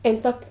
and talk